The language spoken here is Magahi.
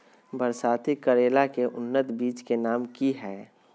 बरसाती करेला के उन्नत बिज के नाम की हैय?